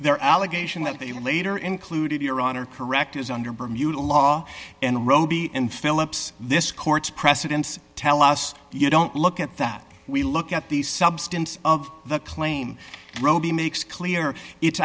their allegation that they were later included iran are correct is under bermuda law and robey and phillips this court's precedents tell us you don't look at that we look at the substance of the claim robey makes clear it's